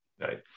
Right